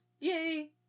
Yay